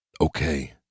Okay